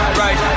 right